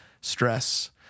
stress